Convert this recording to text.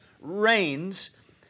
reigns